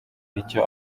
icyo